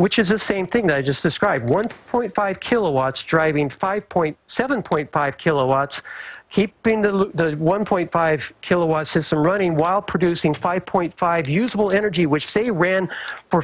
which is the same thing that i just described one point five kilowatts driving five point seven point five kilowatts keeping the one point five kilowatts system running while producing five point five usable energy which they ran for